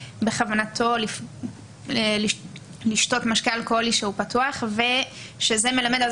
שבכוונתו של אדם לשתות משקה אלכוהולי שהוא פתוח ושזה מלמד על